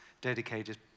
dedicated